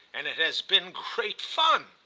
and it has been great fun.